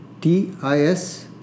TIS